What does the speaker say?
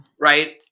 Right